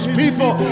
people